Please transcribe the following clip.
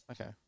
Okay